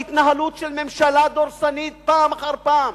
התנהלות של ממשלה דורסנית פעם אחר פעם,